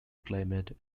climate